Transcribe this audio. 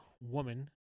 woman